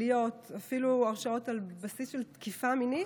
אפילו הרשעות על בסיס של תקיפה מינית,